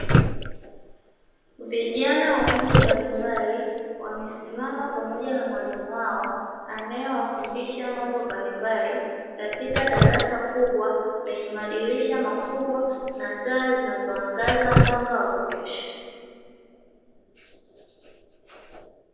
Vijana wa umri mbalimbali wamesimama pamoja na mwalimu wao, anayewafundisha mambo mbalimbali katika darasa kubwa lenye madirisha makubwa na taa zinzoangaza mwanga wa kutosha.